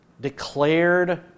declared